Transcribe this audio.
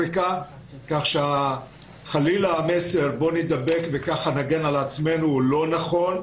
כך שחלילה המסר של בוא נידבק וכך נגן על עצמנו הוא לא נכון.